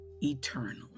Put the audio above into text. Eternally